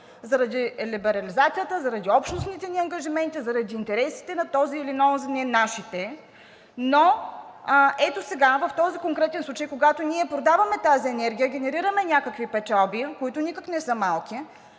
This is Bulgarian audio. заради либерализацията, заради общностните ни ангажименти, заради интересите на този или на онзи, не нашите. Ето сега, в този конкретен случай, когато ние продаваме тази енергия, генерираме някакви печалби, които никак не са малки,